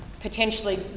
potentially